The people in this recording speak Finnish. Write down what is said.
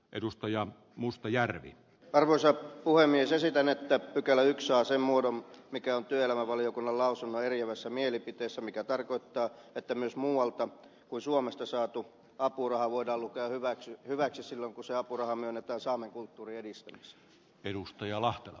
edustajan mustajärvi arvoisa puhemiesesitän että pykälä saa sen tasa arvovaliokunnan lausuntoon liitetyssä eriävässä mielipiteessä mikä tarkoittaa että myös muualta kuin suomesta saatu apuraha voidaan lukea hyväksi silloin kun se apuraha myönnetään saamelaisen kulttuurin edistämiseen